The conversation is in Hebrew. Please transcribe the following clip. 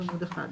עובדי פיקוח?